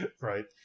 Right